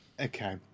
Okay